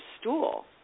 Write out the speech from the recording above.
stool